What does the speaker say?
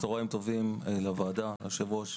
צוהריים טובים לוועדה, ליושב-ראש.